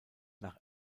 nach